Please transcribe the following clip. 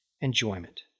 enjoyment